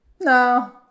no